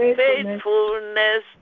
faithfulness